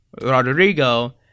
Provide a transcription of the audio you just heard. Rodrigo